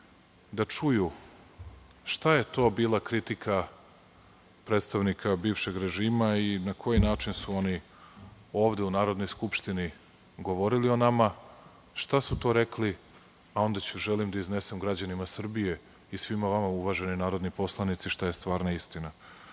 da čuju šta je to bila kritika predstavnika bivšeg režima i na koji način su ono ovde u Narodnoj skupštini govorili o nama, šta su to rekli, a onda želim da iznesem građanima Srbije i svima vama, uvaženi narodni poslanici, šta je stvarna istina. Naime,